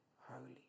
holy